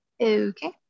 Okay